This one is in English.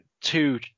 two